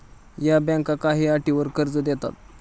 या बँका काही अटींवर कर्ज देतात